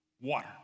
Water